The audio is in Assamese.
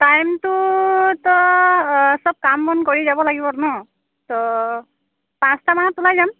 টাইমটো তো সব কাম বন কৰি যাব লাগিব ন' তো পাঁচটা মানত ওলাই যাম